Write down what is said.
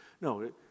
No